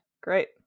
Great